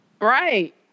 Right